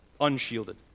unshielded